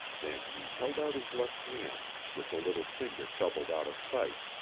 then he held out his left hand, with the little finger doubled out of sight,